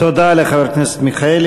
תודה לחבר הכנסת מיכאלי.